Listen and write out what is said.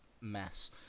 mess